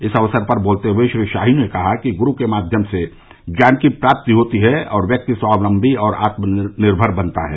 इस अवसर पर बोलते हुए श्री शाही ने कहा कि गुरू के माध्यम से ज्ञान की प्राप्ति होती है और व्यक्ति स्वावलम्बी और आत्मनिर्भर बनता है